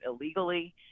illegally